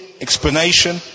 explanation